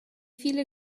viele